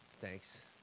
thanks